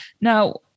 now